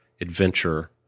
adventure